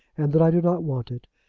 and that i do not want it,